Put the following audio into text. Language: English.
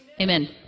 Amen